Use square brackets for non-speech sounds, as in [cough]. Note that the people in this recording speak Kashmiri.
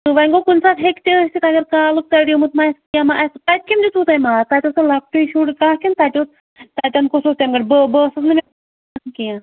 تہٕ وۄنۍ گوٚو کُنہِ ساتہٕ ہیٚکہِ تہِ ٲسِتھ اگر کالُک ژَڈیومُت ما آسہِ کیٚنٛہہ ما آسہِ تَتہِ کیٚمۍ دیتوُ تۄہہِ ماز تَتہِ اوسا لۄکٹٕے شُر کانٛہہ کِنہِ تَتہِ اوس تَتٮ۪ن کُس اوس تمہِ گَرِ بہٕ بہٕ ٲسٕس نہٕ [unintelligible] کیٚنٛہہ